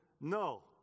No